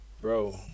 Bro